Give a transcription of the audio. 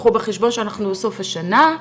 קחו בחשבון שאנחנו בסוף השנה,